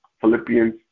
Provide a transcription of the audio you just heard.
Philippians